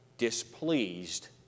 displeased